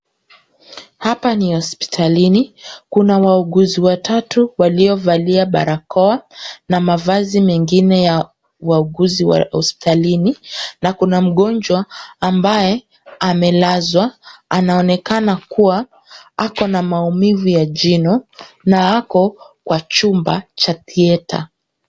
Hapa ni hospitalini. Kuna wauguzi watatu waliovalia barakoa na mavazi mengine ya wauguzi wa hospitalini na kuna mgonjwa ambaye amelazwa. Anaonekana kuwa ako na maumivu ya jino na ako kwenye chumba cha theater .